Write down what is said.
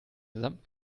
gesamten